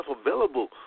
available